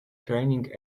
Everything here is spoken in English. trailing